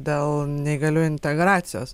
dėl neįgaliųjų integracijos